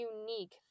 unique